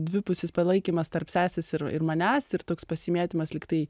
dvipusis palaikymas tarp sesės ir ir manęs ir toks pasimėtymas lygtai